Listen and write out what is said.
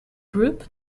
group